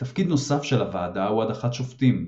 תפקיד נוסף של הוועדה הוא הדחת שופטים.